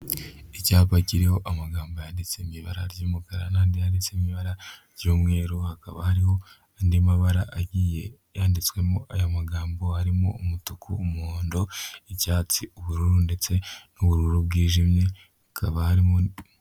icyapa kiriho amagambo yanditswe mu ibara ry'umukara andi yanditse mu ibara ry'umweru hakaba harimo andi mabara agiye yanditswemo, aya magambo arimo; umutukuu, muhondo n'icyatsi, ubururu ndetse n'ubururu bwijimye hakaba harimo.